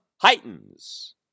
heightens